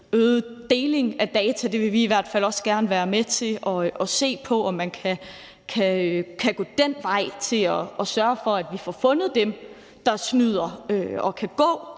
øget deling af data. Vi vil i hvert fald også gerne være med til at se på, om man kan gå den vej og sørge for, at vi får fundet dem, der snyder, og kan gå